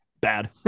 bad